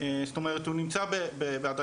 זאת אומרת הוא נמצא בהדרגה,